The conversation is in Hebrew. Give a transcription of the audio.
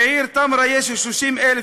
בעיר תמרה יש 30,000 תושבים,